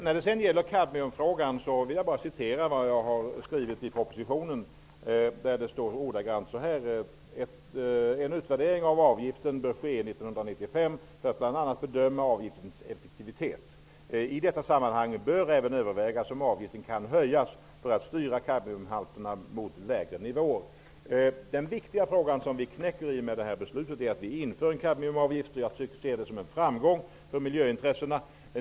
När det gäller kadmiumfrågan vill jag bara citera vad jag har skrivit i propositionen, där det står ordagrant: ''En utvärdering av avgiften bör ske år 1995 för att bl.a. bedöma avgiftens effektivitet. I detta sammanhang bör även övervägas om avgiften kan höjas för att styra kadmiumhalterna mot - Det viktiga är att vi i och med det här beslutet inför kadmiumavgifter. Jag ser det som en framgång för miljöintressena.